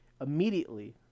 immediately